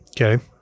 okay